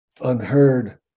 unheard